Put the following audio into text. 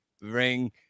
ring